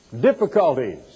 difficulties